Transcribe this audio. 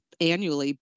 annually